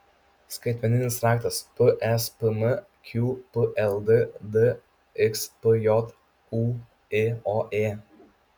skaitmeninis raktas pzpm qpld dxpj ūioė